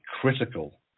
critical